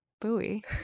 Buoy